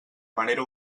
manera